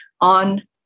on